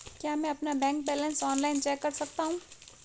क्या मैं अपना बैंक बैलेंस ऑनलाइन चेक कर सकता हूँ?